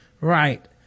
Right